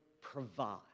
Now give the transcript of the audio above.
provide